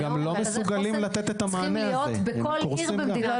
מרכזי חוסן צריכים להיות בכל עיר במדינת ישראל.